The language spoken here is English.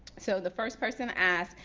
so the first person asked,